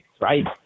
right